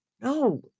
no